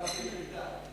סעיף 1 נתקבל.